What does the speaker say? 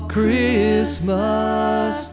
Christmas